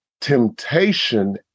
Temptation